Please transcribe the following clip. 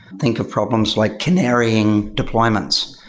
think of problems like canarying deployments,